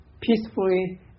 peacefully